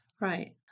Right